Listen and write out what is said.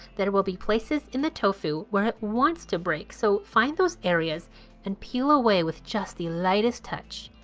there will be places in the tofu where it wants to break so find those areas and peel away with just the lightest touch.